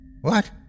What